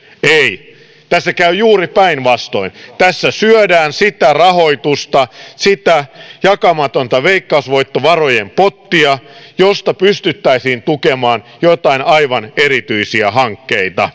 ei tässä käy juuri päinvastoin tässä syödään sitä rahoitusta sitä jakamatonta veikkausvoittovarojen pottia josta pystyttäisiin tukemaan joitain aivan erityisiä hankkeita arvoisa